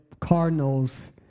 Cardinals